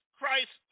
Christ